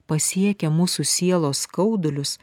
pasiekia mūsų sielos skaudulius